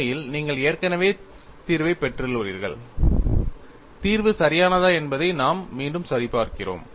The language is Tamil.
உண்மையில் நீங்கள் ஏற்கனவே தீர்வைப் பெற்றுள்ளீர்கள் தீர்வு சரியானதா என்பதை நாம் மீண்டும் சரிபார்க்கிறோம்